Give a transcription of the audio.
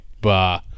Bah